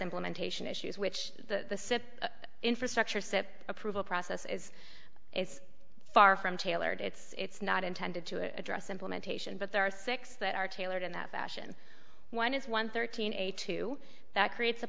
implementation issues which the infrastructure said approval process is is far from tailored it's not intended to address implementation but there are six that are tailored in that fashion one is one thirteen eighty two that creates a